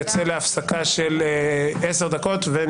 הישיבה ננעלה בשעה 15:09.